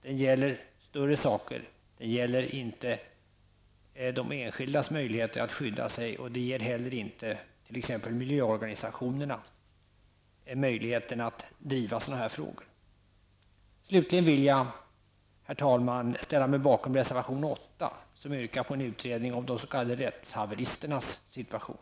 Den gäller större saker, den gäller inte de enskildas möjligheter att skydda sig, och den gäller heller inte t.ex. miljöorganisationernas möjlighet att driva sådana här frågor. Slutligen vill jag, herr talman, ställa mig bakom reservation 8, där det yrkas att riksdagen skall begära en utredning om de s.k. rättshaveristernas situation.